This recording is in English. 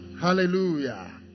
Hallelujah